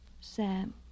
Sam